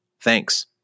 Thanks